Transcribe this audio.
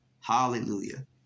Hallelujah